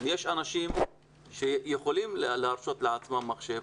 יש אנשים שיכולים להרשות לעצמם מחשב